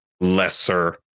lesser